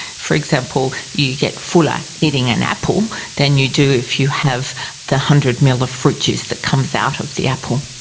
for example, you get fuller eating an apple than you do if you have the one hundred ml of fruit juice that comes out of the apple.